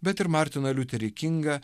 bet ir martiną liuterį kingą